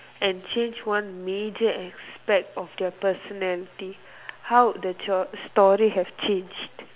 and change one major aspect of their personality how the your story have changed